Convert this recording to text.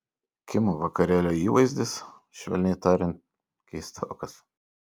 kim vakarėlio įvaizdis švelniai tariant keistokas